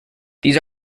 these